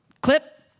Clip